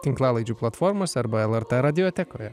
tinklalaidžių platformose arba lrt radiotekoje